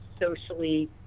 socially